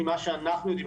ממה שאנחנו יודעים,